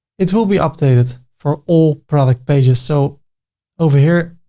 it will be updated for all product pages. so over here,